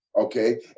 Okay